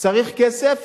צריך כסף,